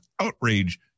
outrage